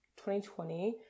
2020